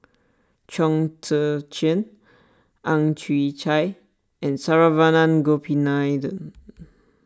Chong Tze Chien Ang Chwee Chai and Saravanan Gopinathan